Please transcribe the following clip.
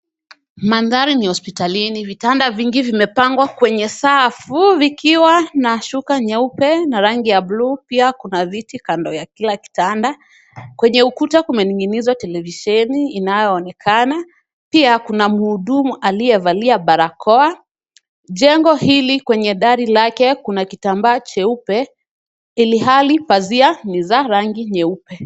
Mandhari ni hospitalini vitanda vingi vimepangwa kwenye safu vikiwa na shuka nyeupe na rangi ya buluu pia kuna viti kando ya kila kitanda . Kwenye ukuta kumening'inizwa televisheni inayonekana pia kuna mhudumu aliyevalia barakoa, jengo hili kwenye dari lake kuna kitambaa cheupe ilhali pazia ni za rangi nyeupe.